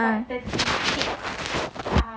banyak ah